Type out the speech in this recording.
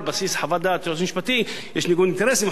על בסיס חוות דעת של היועץ המשפטי יש ניגוד אינטרסים,